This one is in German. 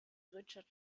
richard